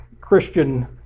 Christian